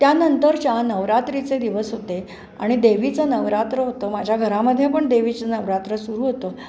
त्यानंतरच्या नवरात्रीचे दिवस होते आणि देवीचं नवरात्र होतं माझ्या घरामध्ये पण देवीचं नवरात्र सुरू होतं